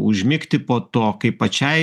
užmigti po to kai pačiai